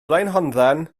blaenhonddan